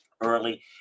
early